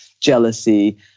jealousy